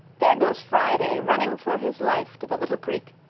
there goes friday, running for his life to the little creek!